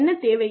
என்ன தேவை